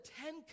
Ten